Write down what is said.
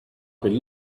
been